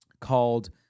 called